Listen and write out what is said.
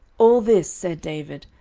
all this, said david,